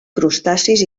crustacis